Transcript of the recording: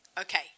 Okay